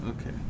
okay